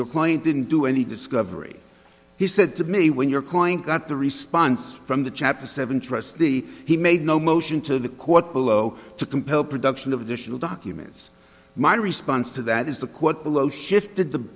your client didn't do any discovery he said to me when your client got the response from the chapter seven trustee he made no motion to the court below to compel production of additional documents my response to that is the quote below shifted the